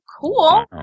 Cool